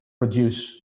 produce